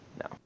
no